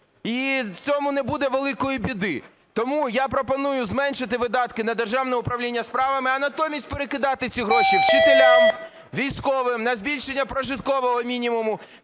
в цьому не буде великої біди. Тому я пропоную зменшити видатки на Державне управління справами, а натомість перекидати ці гроші вчителям, військовим, на збільшення прожиткового мінімуму